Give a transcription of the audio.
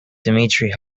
dmitry